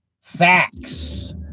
Facts